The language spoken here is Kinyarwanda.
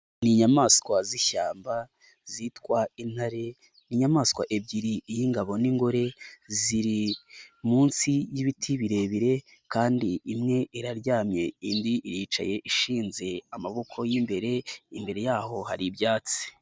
Ni inyamaswa z'ishyamba zitwa intare, inyamaswa ebyiri iy'ingabo n'ingore ziri munsi y'ibiti birebire kandi imwe iraryamye, indi iricaye ishinze amaboko y'imbere, imbere yaho hari ibyatsi.